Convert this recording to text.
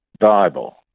Bible